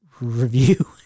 Review